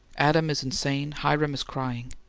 adam is insane, hiram is crying.